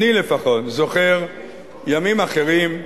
זוכר ימים אחרים,